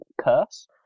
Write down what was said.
Curse